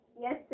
Yes